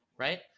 Right